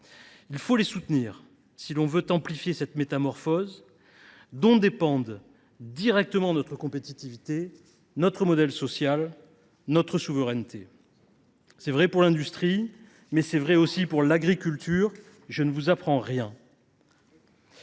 il faut les soutenir, si l’on veut amplifier cette métamorphose dont dépendent directement notre compétitivité, notre modèle social et notre souveraineté. C’est vrai pour l’industrie ; c’est vrai aussi pour l’agriculture – je ne vous apprends rien.